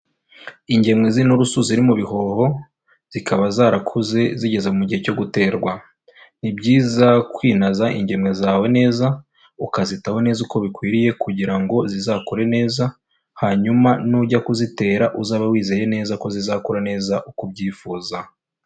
Ingemwe z'inturusu ziri mu bihoho zikaba zarakuze zigeze mu gihe cyo guterwa. Ni byiza kwinaza ingemwe zawe neza ukazitaho neza uko bikwiriye kugira ngo zizakure neza hanyuma nujya kuzitera uzabe wizeye neza ko zizakura neza uko ubyifuza.